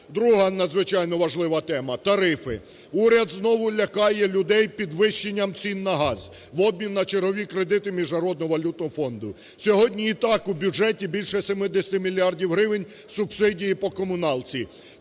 Друга надзвичайно важлива тема – тарифи. Уряд знову лякає людей підвищенням цін на газ в обмін на чергові кредити Міжнародного валютного фонду. Сьогодні і так у бюджеті більше 70 мільярдів гривень – субсидії по комуналці,